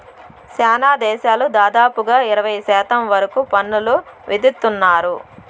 శ్యానా దేశాలు దాదాపుగా ఇరవై శాతం వరకు పన్నులు విధిత్తున్నారు